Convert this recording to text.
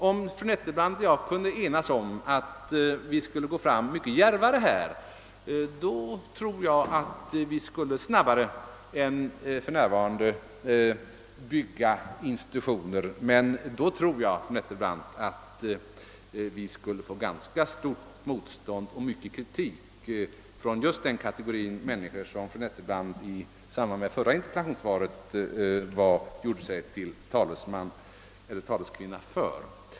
Om fru Nettelbrandt och jag kunde enas om att gå fram mycket djärvare, tror jag att det skulle snabbare än för närvarande kunna byggas institutioner. Men då tror jag, fru Nettelbrandt, att vi skulle få ganska stort motstånd och mycket kritik från just den kategori människor, som fru Nettelbrandt i samband med förra interpellationssvaret gjorde sig till talesman för.